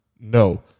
no